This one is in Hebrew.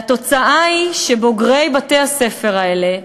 והתוצאה היא שבוגרי בתי-הספר האלה,